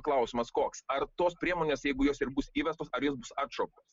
klausimas koks ar tos priemonės jeigu jos ir bus įvestos ar jos bus atšauktos